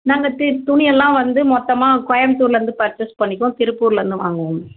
நாங்கள் தெ துணியெல்லாம் வந்து மொத்தமாக கோயபுத்தூர்லேந்து பர்ச்சேஸ் பண்ணிக்குவோம் திருப்பூர்லேந்தும் வாங்குவோம்